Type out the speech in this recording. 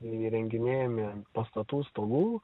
įrenginėjami ant pastatų stogų